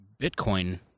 Bitcoin